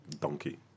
Donkey